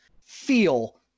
feel